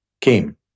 came